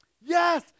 Yes